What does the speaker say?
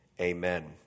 amen